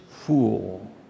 fool